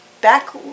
Back